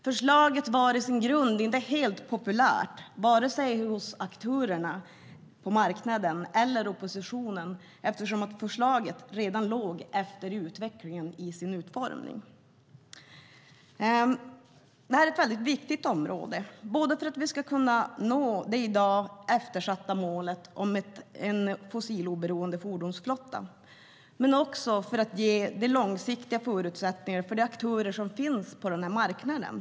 Förslaget var i sin grund inte helt populärt, vare sig hos aktörerna på marknaden eller hos oppositionen eftersom förslaget redan låg efter i utvecklingen vad gällde utformningen. Det här är ett viktigt område både för att vi ska kunna nå det i dag eftersatta målet om en fossiloberoende fordonsflotta och för att ge långsiktiga förutsättningar för de aktörer som finns på den marknaden.